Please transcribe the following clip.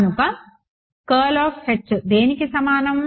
కనుక దేనికి సమానం